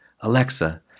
Alexa